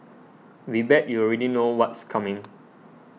we bet you already know what's coming